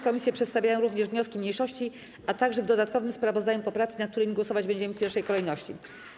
Komisje przedstawiają również wnioski mniejszości, a także, w dodatkowym sprawozdaniu, poprawki, nad którymi głosować będziemy w pierwszej kolejności.